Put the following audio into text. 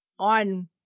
On